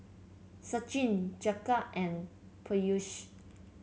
Sachin Jagat and Peyush